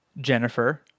Jennifer